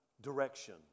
direction